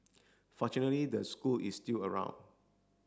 fortunately the school is still around